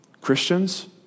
Christians